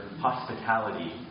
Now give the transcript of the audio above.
hospitality